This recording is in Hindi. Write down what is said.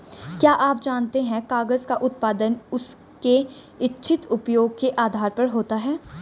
क्या आप जानते है कागज़ का उत्पादन उसके इच्छित उपयोग के आधार पर होता है?